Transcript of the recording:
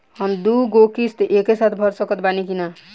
हम दु गो किश्त एके साथ भर सकत बानी की ना?